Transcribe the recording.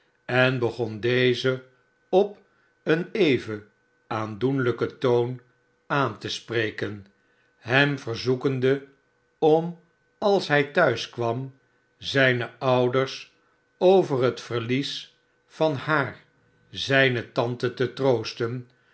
en begon dezen op een even aandoenlijken toon aan te spreken hem verzoekende om als hij thuis kwam zijne ouders over het verlies van haar zijne tante te troosten